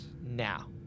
now